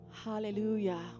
hallelujah